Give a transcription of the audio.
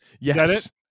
Yes